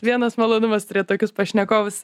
vienas malonumas turėt tokius pašnekovus